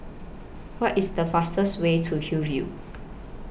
What IS The fastest Way to Hillview